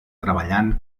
treballant